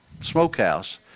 smokehouse